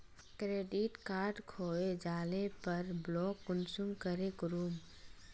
Credit card खोये जाले पर ब्लॉक कुंसम करे करूम?